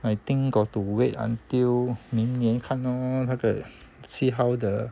I think got to wait until 明年看咯那个 see how the